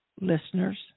listeners